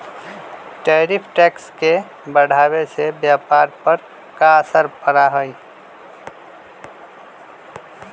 tariff tax के बढ़ावे से व्यापार पर का असर पड़ा हई